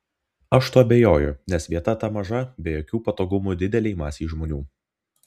aš tuo abejoju nes vieta ta maža be jokių patogumų didelei masei žmonių